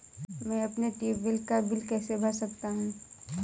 मैं अपने ट्यूबवेल का बिल कैसे भर सकता हूँ?